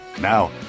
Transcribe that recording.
Now